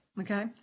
okay